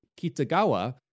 Kitagawa